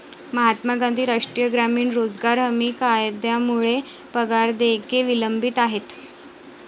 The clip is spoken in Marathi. महात्मा गांधी राष्ट्रीय ग्रामीण रोजगार हमी कायद्यामुळे पगार देयके विलंबित आहेत